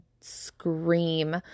scream